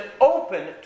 open